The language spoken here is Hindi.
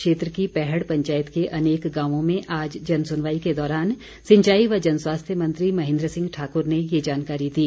क्षेत्र की पैहड़ पंचायत के अनेक गांवों में आज जन सुनवाई के दौरान सिंचाई व जन स्वास्थ्य मंत्री महेन्द्र सिंह ठाकुर ने ये जानकारी दी